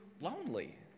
lonely